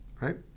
right